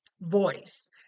Voice